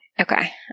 Okay